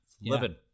Living